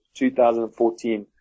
2014